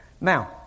Now